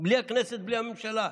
בלי הכנסת, בלי הממשלה,